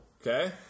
Okay